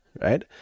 right